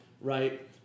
right